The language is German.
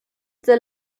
sehr